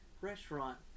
restaurant